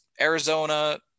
Arizona